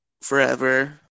forever